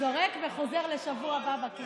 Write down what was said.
זורק וחוזר לשבוע הבא בכיס.